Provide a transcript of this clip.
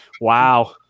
Wow